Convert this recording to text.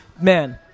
Man